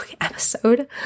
episode